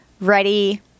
ready